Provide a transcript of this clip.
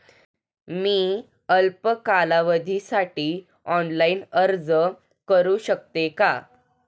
मी अल्प कालावधीसाठी ऑनलाइन अर्ज करू शकते का?